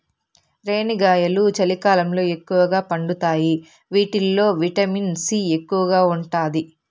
రేణిగాయాలు చలికాలంలో ఎక్కువగా పండుతాయి వీటిల్లో విటమిన్ సి ఎక్కువగా ఉంటాది